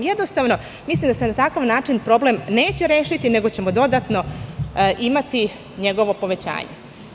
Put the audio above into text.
Jednostavno, mislim da se na takav način problem neće rešiti, nego ćemo dodatno imati njegovo povećanje.